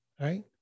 right